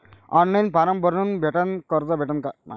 Online form भरून कर्ज भेटन का?